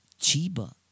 chiba